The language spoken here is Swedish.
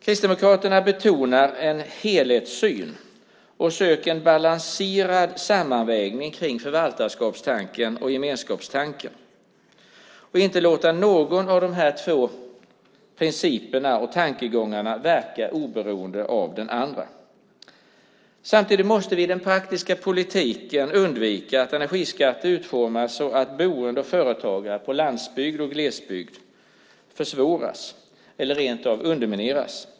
Kristdemokraterna betonar en helhetssyn och söker en balanserad sammanvägning när det gäller förvaltarskapstanken och gemenskapstanken och när det gäller att inte låta någon av de här två principerna och tankegångarna verka oberoende av den andra. Samtidigt måste vi i den praktiska politiken undvika att energiskatter utformas så att boende och företagande i landsbygd och glesbygd försvåras eller rent av undermineras.